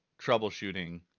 troubleshooting